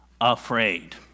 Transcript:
afraid